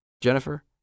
Jennifer